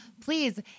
please